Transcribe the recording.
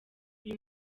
uyu